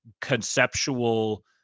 conceptual